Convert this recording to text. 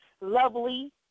Lovely